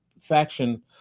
faction